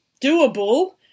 doable